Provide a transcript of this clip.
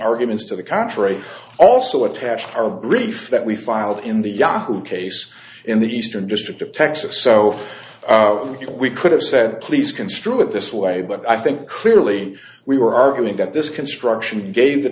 arguments to the contrary also attach our brief that we filed in the yahoo case in the eastern district of texas so we could have said please construe it this way but i think clearly we were arguing that this construction gave the